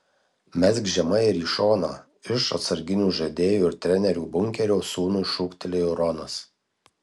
mesk žemai ir į šoną iš atsarginių žaidėjų ir trenerių bunkerio sūnui šūktelėjo ronas